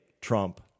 Trump